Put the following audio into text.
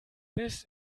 bis